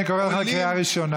אני קורא אותך קריאה ראשונה.